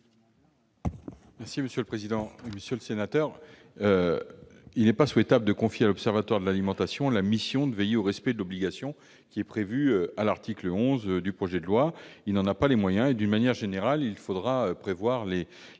du Gouvernement ? Monsieur le sénateur, il n'est pas souhaitable de confier à l'Observatoire de l'alimentation la mission de veiller au respect de l'obligation prévue à l'article 11 du projet de loi, parce qu'il n'en a pas les moyens. De manière générale, il faudra prévoir les